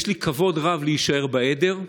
יש לי כבוד רב להישאר בעדר.